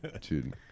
Dude